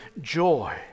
joy